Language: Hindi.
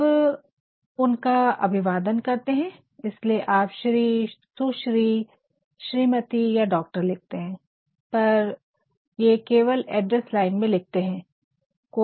अब उनका अभिवादन करते है इसलिए आप श्री सुश्री श्रीमती या डॉक्टर लिखते है पर ये केवल एड्रेस लाइन में लिखते है